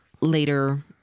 later